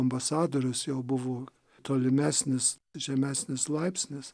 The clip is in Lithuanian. ambasadorius jau buvo tolimesnis žemesnis laipsnis